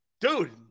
Dude